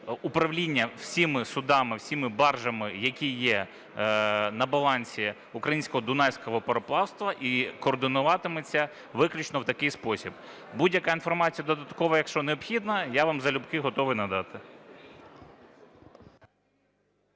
управління всіма судами, всіма баржами, які є на балансі Українського Дунайського пароплавства, і координуватиметься виключно у такий спосіб. Будь-яка інформація додаткова якщо необхідна, я вам залюбки готовий надати.